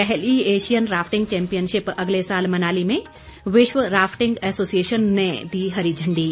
पहली Asian rafting championship अगले साल मनाली में विश्व राफिटंग एसोसिएशन ने दी हरी झंडी